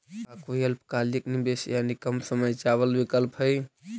का कोई अल्पकालिक निवेश यानी कम समय चावल विकल्प हई?